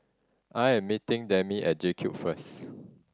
I am meeting Demi at JCube first